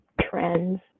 trends